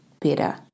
better